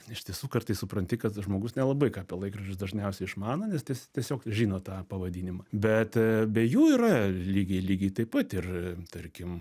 iš tiesų kartais supranti kad žmogus nelabai ką apie laikrodžius dažniausiai išmano nes tie tiesiog žino tą pavadinimą bet be jų yra lygiai lygiai taip pat ir tarkim